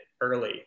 early